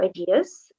ideas